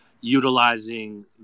utilizing